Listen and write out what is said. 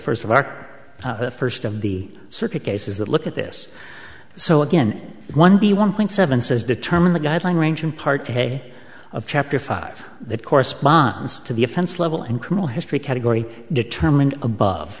first of our first of the circuit cases that look at this so again one b one point seven says determine the guideline range in part hay of chapter five that corresponds to the offense level and criminal history category determined above